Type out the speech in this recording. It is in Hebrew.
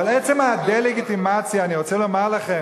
אבל עצם הדה-לגיטימציה, אני רוצה לומר לכם: